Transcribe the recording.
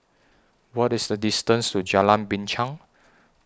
What IS The distance to Jalan Binchang